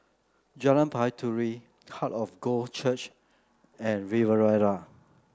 Jalan Baiduri Heart of God Church and Riviera